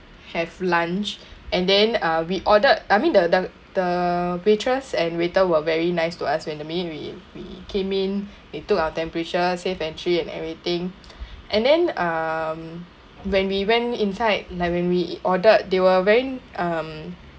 have lunch and then uh we ordered I mean the the waitress and waiters were very nice to us when the main we we came in they took our temperature safe entry and everything and then um when we went inside like when we ordered they were when um